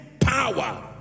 power